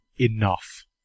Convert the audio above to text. enough